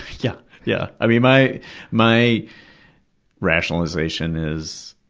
yeah, yeah. i mean, my my rationalization is,